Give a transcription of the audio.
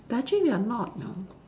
but actually we are not you know